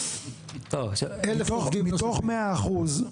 מתוך מאה אחוז,